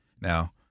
Now